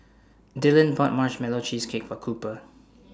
Dillion bought Marshmallow Cheesecake For Cooper